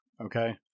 Okay